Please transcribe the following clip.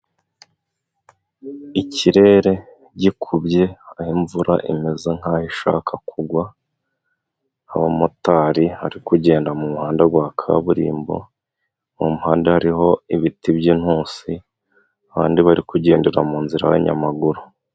Ikirere gikubye imvura imeze nkaho ishaka kugwa. Abamotari ari kugenda mu muhanda wa kaburimbo. Mu muhanda hariho ibiti by'intusi n'abantu bari kugendera mu nzira y'abanyamaguru.